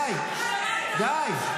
די, די.